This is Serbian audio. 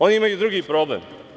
Oni imaju drugi problem.